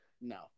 no